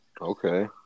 Okay